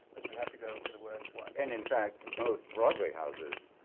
but you have to go for the worst one. and in fact, most broadway houses,